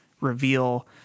reveal